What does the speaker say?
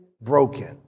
broken